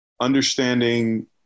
understanding